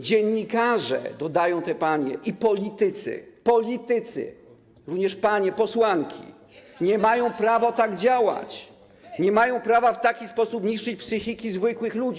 Dziennikarze - dodają te panie - i politycy, politycy, również panie posłanki, nie mają prawa tak działać, nie mają prawa w taki sposób niszczyć psychiki zwykłych ludzi.